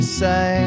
say